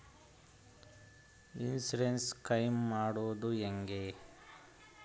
Insurance claim ಮಾಡದು ಹೆಂಗೆ?